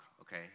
okay